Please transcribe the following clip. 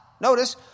notice